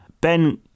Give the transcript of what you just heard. Ben